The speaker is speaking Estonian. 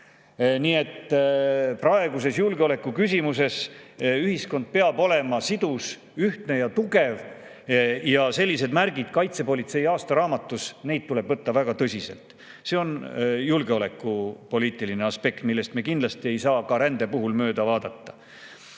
Praeguses julgeoleku[olukorras] peab ühiskond olema sidus, ühtne ja tugev. Ja selliseid märke kaitsepolitsei aastaraamatus tuleb võtta väga tõsiselt. See on julgeolekupoliitiline aspekt, millest me kindlasti ei saa ka rände puhul mööda vaadata.